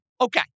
okay